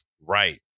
Right